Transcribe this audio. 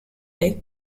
deck